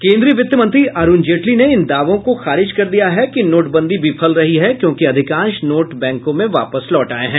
केन्द्रीय वित्तमंत्री अरुण जेटली ने इन दावों को खारिज कर दिया है कि नोटबंदी विफल रही है क्योंकि अधिकांश नोट बैंकों में वापस लौट आए हैं